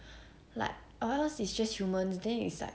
like or else it's just human then is like